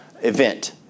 event